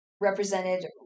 represented